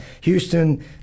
Houston